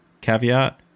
caveat